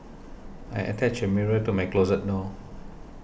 I attached a mirror to my closet door